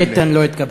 איתן לא התכוון.